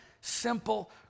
simple